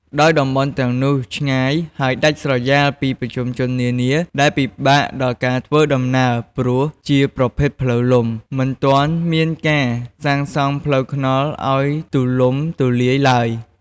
ដោយតំបន់ទាំងនោះ ឆ្ងាយហើយដាច់ស្រយាលពីទីប្រជុំជននានា ដែលពិបាកដល់ការធ្វើដំណើរ ព្រោះជាប្រភេទផ្លូវលំ មិនទាន់មានការសាងសង់ផ្លូវថ្នល់ឱ្យទូលំទូលាយទ្បើយ។